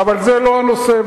אבל זה לא הנושא,